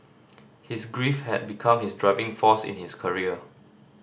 his grief had become his driving force in his career